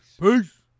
Peace